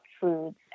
foods